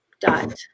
Dot